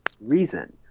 reason